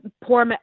poor